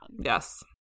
Yes